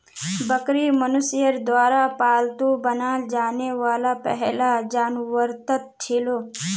बकरी मनुष्यर द्वारा पालतू बनाल जाने वाला पहला जानवरतत छिलो